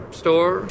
store